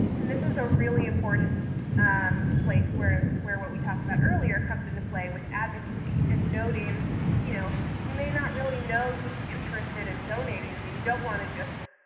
and this is a really important um place where where what we talked about earlier comes into play with advocacy. and noting you know you may not really know who's interested in donating. and you don't want to just,